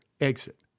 Exit